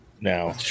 now